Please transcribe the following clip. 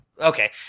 Okay